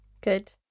Good